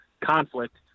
conflict